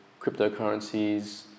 cryptocurrencies